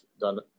done